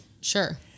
Sure